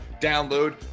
download